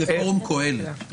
לפורום קהלת.